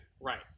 right